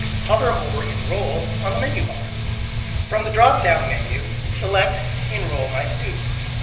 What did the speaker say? hover over enroll on the menu bar from the drop down menu select enroll my students